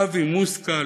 אבי מוסקל,